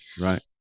Right